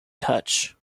touch